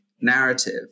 narrative